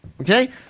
Okay